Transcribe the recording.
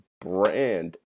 brand